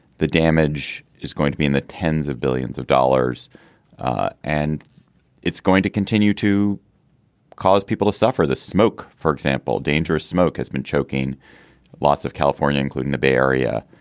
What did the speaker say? the damage is going to be in the tens of billions of dollars and it's going to continue to cause people to suffer the smoke for example dangerous smoke has been choking lots of california including the bay area.